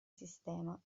sistema